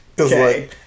Okay